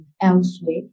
elsewhere